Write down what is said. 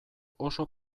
oso